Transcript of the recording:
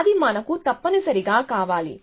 కాబట్టి అది మనకు తప్పనిసరిగా కావాలి